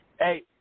Hey